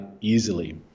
easily